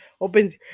opens